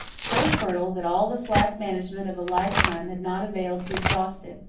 so fertile that all the slack management of a life-time had not availed to exhaust it.